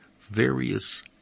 various